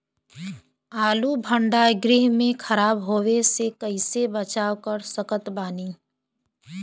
आलू भंडार गृह में खराब होवे से कइसे बचाव कर सकत बानी?